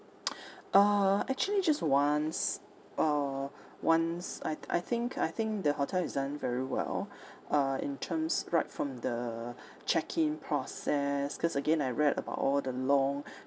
uh actually just once uh once I I think I think the hotel has done very well uh in terms right from the check in process cause again I read about all the long